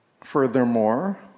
Furthermore